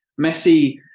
Messi